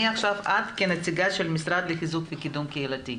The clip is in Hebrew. את כנציגת המשרד לחיזוק וקידום קהילתי,